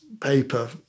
paper